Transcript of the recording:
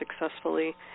successfully